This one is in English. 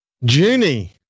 Junie